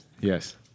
Yes